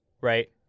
right